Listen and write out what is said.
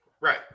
Right